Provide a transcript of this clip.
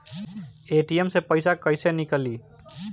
ATM से पइसा कइसे निकली?